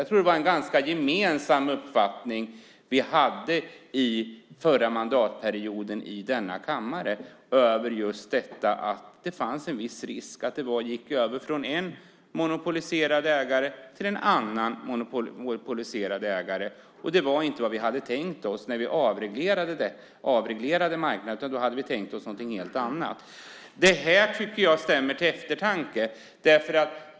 Jag tror att det var en ganska gemensam uppfattning som vi hade förra mandatperioden i denna kammare just detta att det fanns en viss risk att det skulle gå över från en monopoliserad ägare till en annan monopoliserad ägare. Och det var inte vad vi hade tänkt oss när vi avreglerade marknaden, utan då hade vi tänkt oss något helt annat. Det här tycker jag stämmer till eftertanke.